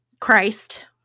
Christ